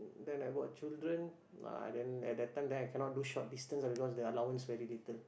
then I got children ah then at that time then I cannot do short distance ah because the allowance very little